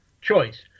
choice